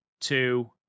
two